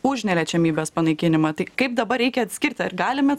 už neliečiamybės panaikinimą tai kaip dabar reikia atskirti ar galime